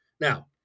Now